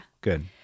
good